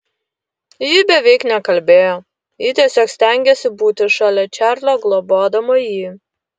ji beveik nekalbėjo ji tiesiog stengėsi būti šalia čarlio globodama jį